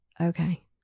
Okay